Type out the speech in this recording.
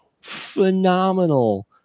phenomenal